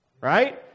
Right